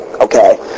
okay